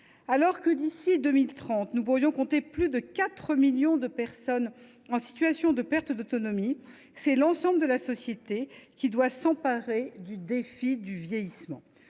Alors que, d’ici à 2030, notre pays pourrait compter plus de 4 millions de personnes en situation de perte d’autonomie, c’est l’ensemble de la société qui doit s’emparer du défi du vieillissement.